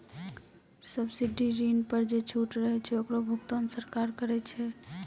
subsidy ऋण पर जे छूट रहै छै ओकरो भुगतान सरकार करै छै